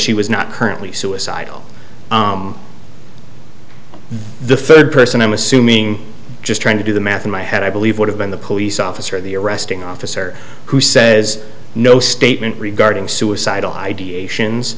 she was not currently suicidal but the third person i'm assuming just trying to do the math in my head i believe would have been the police officer the arresting officer who says no statement regarding suicidal i